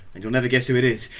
and you'll never guess who it is!